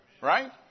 Right